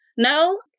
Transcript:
No